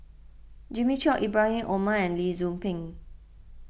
Jimmy Chok Ibrahim Omar and Lee Tzu Pheng